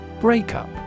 Breakup